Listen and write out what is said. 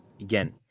again